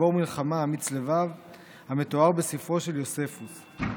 גיבור מלחמה אמיץ לבב המתואר בספרו של יוספוס.